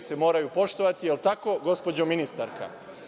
se moraju poštovati. Jel tako, gospođo ministarka? Sveto